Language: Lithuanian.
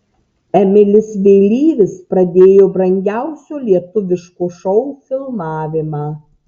emilis vėlyvis pradėjo brangiausio lietuviško šou filmavimą